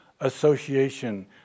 association